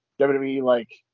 WWE-like